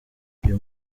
uyu